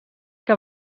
que